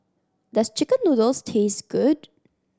does chicken noodles taste good